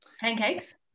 pancakes